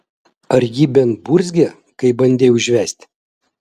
ar ji bent burzgė kai bandei užvesti